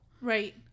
Right